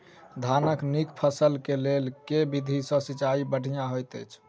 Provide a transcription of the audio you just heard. धानक नीक फसल केँ लेल केँ विधि सँ सिंचाई बढ़िया होइत अछि?